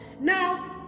Now